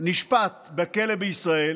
שנשפט בכלא בישראל